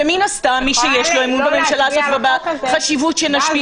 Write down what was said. ומן הסתם מי שיש לו אמון בממשלה הזאת ובחשיבות שנשפיע